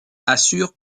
assure